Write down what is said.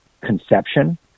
conception